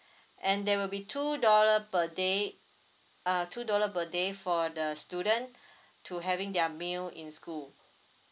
and there will be two dollar per day uh two dollar per day for the student to having their meal in school